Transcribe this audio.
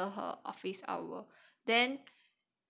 after her office hour then